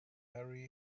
harry